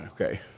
okay